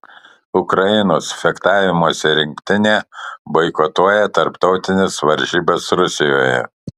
ukrainos fechtavimosi rinktinė boikotuoja tarptautines varžybas rusijoje